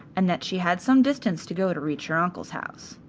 and that she had some distance to go to reach her uncle's house.